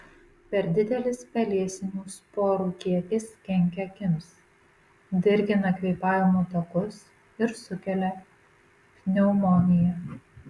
per didelis pelėsinių sporų kiekis kenkia akims dirgina kvėpavimo takus ir sukelia pneumoniją